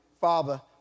father